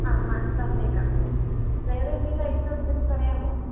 അ പറഞ്ഞേക്കാം വേറെ എന്തെങ്കിലും ഐറ്റം ഉണ്ടെങ്കിൽ പറയാമോ